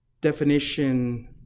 definition